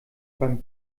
beim